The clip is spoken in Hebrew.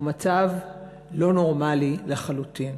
הוא מצב לא נורמלי לחלוטין,